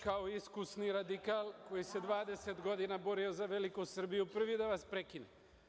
kao iskusni radikal koji se 20 godina borio za Veliku Srbiju, prvi da vas prekine.